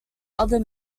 other